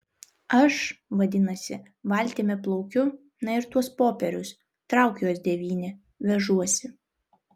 aš vadinasi valtimi plaukiu na ir tuos popierius trauk juos devyni vežuosi